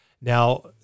Now